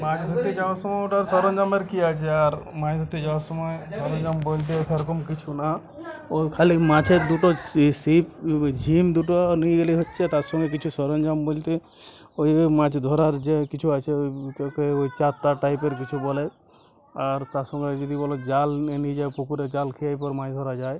মাছ ধরতে যাওয়ার সময় ওটা সরঞ্জামের কী আছে আর মাছ ধরতে যাওয়ার সময় সরঞ্জাম বলতে সেরকম কিছু না ও খালি মাছের দুটো সি ছিপ ঝিম দুটো নিয়ে গেলেই হচ্ছে তার সঙ্গে কিছু সরঞ্জাম বলতে ওই ওই মাছ ধরার যে কিছু আছে ওই ওই চার তার টাইপের কিছু বলে আর তার সঙ্গে যদি বলো জাল নে নিয়ে যাব পুকুরে জাল খেয়ে পর মাছ ধরা যায়